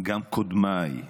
שגם קודמיי,